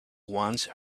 once